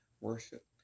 worship